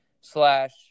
slash